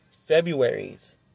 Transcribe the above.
February's